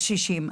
לקשישים.